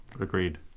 Agreed